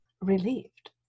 relieved